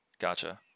gotcha